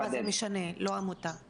מה זה משנה לא עמותה.